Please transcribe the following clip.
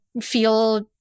feel